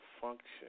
function